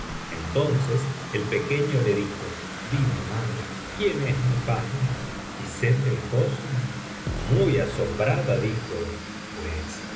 entonces el pequeño le dijo dime madre quién es mi padre y sett el hosn muy asombrada dijo pues